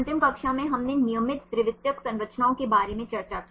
अंतिम कक्षा में हमने नियमित द्वितीयक संरचनाओं के बारे में चर्चा की